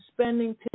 spending